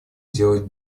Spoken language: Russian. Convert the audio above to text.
делать